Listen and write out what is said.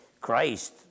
Christ